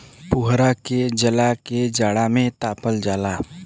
पुवरा के जला के जाड़ा में तापल जाला